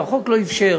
החוק לא אפשר